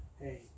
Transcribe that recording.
Hey